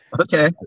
Okay